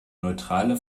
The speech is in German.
neutrale